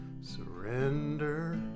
surrender